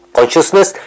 Consciousness